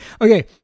Okay